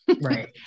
Right